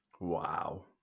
Wow